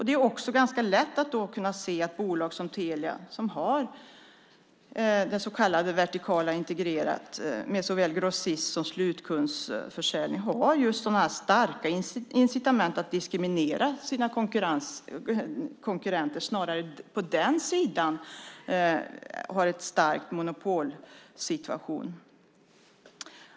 Det är lätt att se att bolag som Telia, som har en vertikal integrering med såväl grossist som slutkundsförsäljning, får starka incitament att diskriminera sina konkurrenter och har en stark monopolsituation.